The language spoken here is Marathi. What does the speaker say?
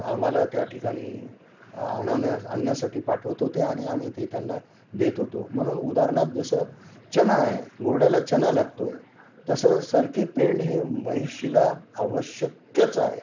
आम्हाला त्या ठिकाणी आणवण्या आणण्यासाठी पाठवत होते आणि आम्ही ते त्यांना देत होतो म्हणून उदाहरणार्थ जसं चणा आहे घोड्याला चणा लागतो आहे तसं सरकी पेंड हे म्हशीला आवश्यक्यच आहे